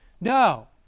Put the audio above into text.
No